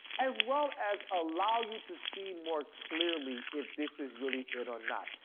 as well as allow you to see more clearly if this is really it or not.